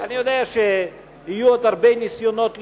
אני יודע שיהיו עוד הרבה ניסיונות לשנות,